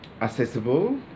accessible